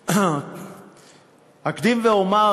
and Susana,